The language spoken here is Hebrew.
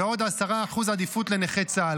ועוד 10% עדיפות לנכי צה"ל.